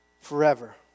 forever